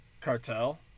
cartel